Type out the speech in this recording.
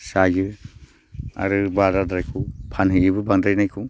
जायो आरो बाराद्रायखौ फानहैयोबो बांद्रायनायखौ